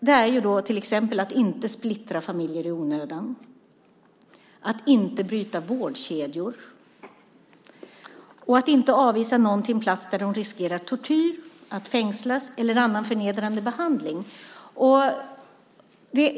Det gäller till exempel att inte splittra familjer i onödan, att inte bryta vårdkedjor och att inte avvisa någon till en plats där han eller hon riskerar tortyr, att fängslas eller annan förnedrande behandling.